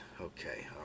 okay